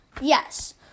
Yes